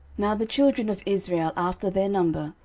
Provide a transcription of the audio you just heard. now the children of israel after their number,